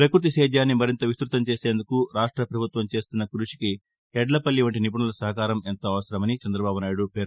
పకృతి సేద్యాన్ని మరింత విస్తృతం చేసేందుకు రాష్ట పభుత్వం చేస్తున్న కృషికి యడ్లపల్లి వంటి నిపుణుల సహకారం ఎంతో అవసరమని చందబాబు నాయుడు పేర్కొన్నారు